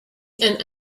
and